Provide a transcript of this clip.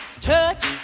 touch